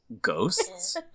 ghosts